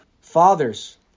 Fathers